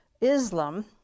Islam